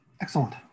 excellent